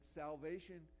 salvation